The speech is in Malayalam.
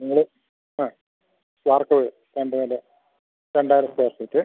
നിങ്ങൾ ആ വാർപ്പ് രണ്ട് നില രണ്ടായിരം സ്ക്വയർ ഫീറ്റ്